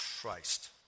Christ